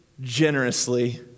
Generously